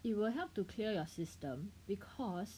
it will help to clear your system because